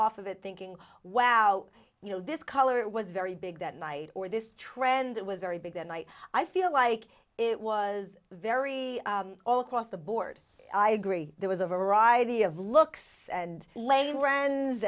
off of it thinking wow you know this color was very big that night or this trend was very big and i i feel like it was very all across the board i agree there was a variety of looks and la